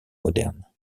moderne